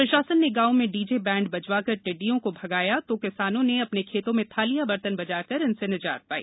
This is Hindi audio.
प्रशासन ने गांव में डीजे बैंड बजवा कर टिड्डियों को भगाया तो किसानों ने अपने खेतों में थालिया बर्तन बजाकर इनसे निजात पाई